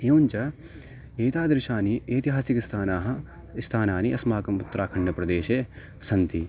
एवञ्च एतादृशानि एतिहासिकस्थानानि इ स्थानानि अस्माकम् उत्तराखण्डप्रदेशे सन्ति